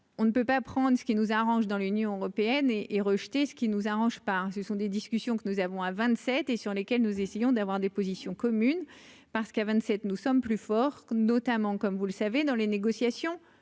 on ne peut pas prendre ce qui nous arrange dans l'Union européenne et et rejeté, ce qui nous arrange pas, ce sont des discussions que nous avons à 27 et sur lesquels nous essayons d'avoir des positions communes, parce qu'à 27, nous sommes plus forts, notamment comme vous le savez, dans les négociations